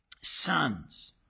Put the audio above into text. sons